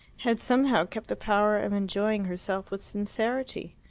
had somehow kept the power of enjoying herself with sincerity.